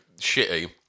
shitty